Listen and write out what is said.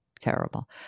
terrible